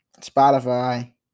Spotify